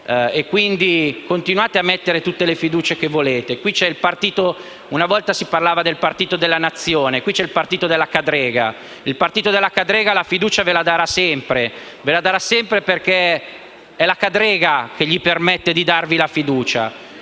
e, quindi, continuate a mettere tutte le fiducie che volete. Una volta si parlava del partito della Nazione. Qui c'è il partito della cadrega, che vi darà la fiducia sempre perché è la cadrega che gli permette di darvela.